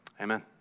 amen